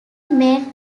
made